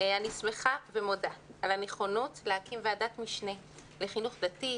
אני שמחה ומודה על הנכונות להקים ועדת משנה לחינוך דתי,